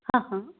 हां हां